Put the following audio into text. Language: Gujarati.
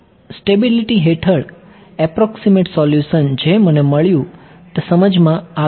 સ્ટેબિલિટી હેઠળ એપ્રોક્સીમેટ સોલ્યુશન જે મને મળ્યું તે સમજમાં આવ્યો